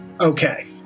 okay